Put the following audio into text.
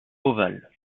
ovale